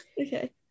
Okay